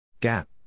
Gap